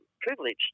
privileged